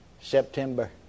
September